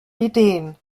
ideen